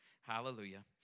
Hallelujah